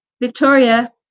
Victoria